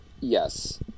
Yes